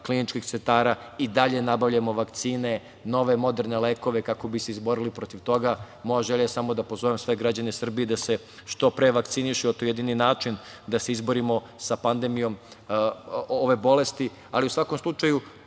kliničkih centara i dalje nabavljamo vakcine, nove moderne lekove, kako bi se izborili protiv toga. Moja želja je samo da pozovem sve građane Srbije da se što pre vakcinišu jer je to jedini način da se izborimo sa pandemijom ove bolesti. U svakom slučaju